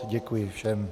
Děkuji všem.